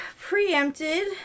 preempted